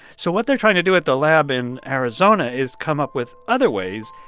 so what they're trying to do at the lab in arizona is come up with other ways,